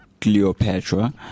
Cleopatra